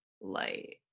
light